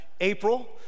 April